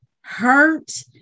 hurt